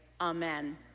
Amen